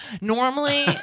Normally